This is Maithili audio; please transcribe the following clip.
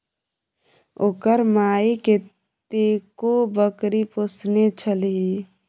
ओकर माइ कतेको बकरी पोसने छलीह